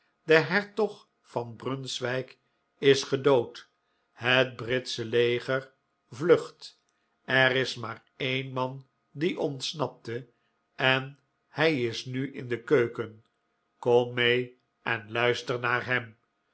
de hertog van brunswijk is gedood het britsche leger vlucht er is maar een man die ontsnapte en hij is nu in de keuken kom mee en luister naar hem